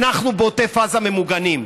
אנחנו בעוטף עזה ממוגנים,